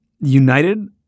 united